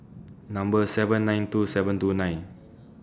Number seven nine two seven two nine